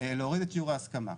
להוריד את שיעור ההסכמה.